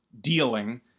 dealing